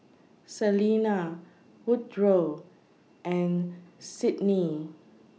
Selena Woodroe and Sydnee